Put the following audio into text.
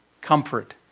comfort